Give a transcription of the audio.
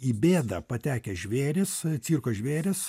į bėdą patekę žvėrys cirko žvėrys